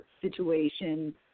situation